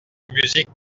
musique